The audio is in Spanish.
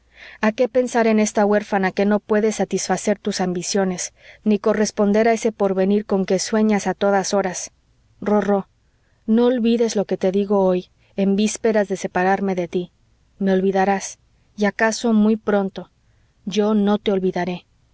a qué pensar en esta huérfana que no puede satisfacer tus ambiciones ni corresponder a ese porvenir con que sueñas a todas horas rorró no olvides lo que te digo hoy en vísperas de separarme de tí me olvidarás y acaso muy pronto yo no te olvidaré